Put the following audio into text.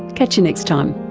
catch you next time